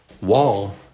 Wall